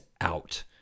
out